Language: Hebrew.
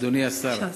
אדוני השר,